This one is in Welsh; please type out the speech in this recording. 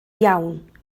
iawn